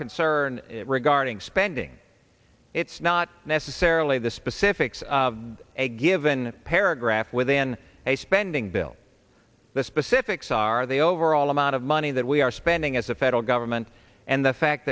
concern regarding spending it's not necessarily the specifics of a given paragraph within a spending bill the specifics are the overall amount of money that we are spending as a federal government and the fact